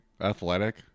athletic